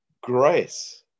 grace